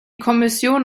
kommission